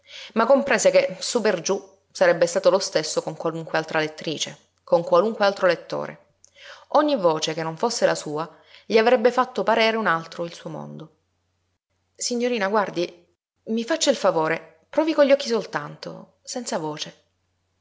ma comprese che su per giú sarebbe stato lo stesso con qualunque altra lettrice con qualunque altro lettore ogni voce che non fosse la sua gli avrebbe fatto parere un altro il suo mondo signorina guardi mi faccia il favore provi con gli occhi soltanto senza voce